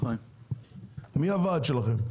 מי הוועד שלכם?